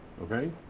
Okay